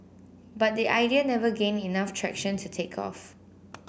but the idea never gained enough traction to take off